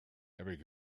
having